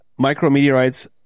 Micrometeorites